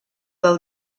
del